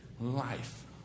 life